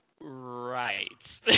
Right